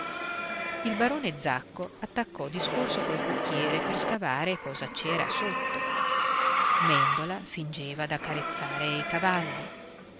il barone zacco attaccò discorso col cocchiere per scavare cosa c'era sotto mèndola fingeva d'accarezzare i cavalli